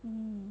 mm